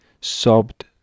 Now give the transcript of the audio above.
sobbed